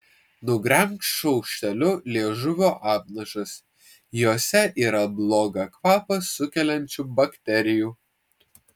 nugremžk šaukšteliu liežuvio apnašas jose yra blogą kvapą sukeliančių bakterijų